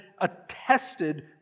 attested